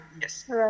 Yes